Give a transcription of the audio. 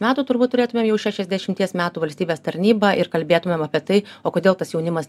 metų turbūt turėtumėm jau šešiasdešimties metų valstybės tarnybą ir kalbėtumėm apie tai o kodėl tas jaunimas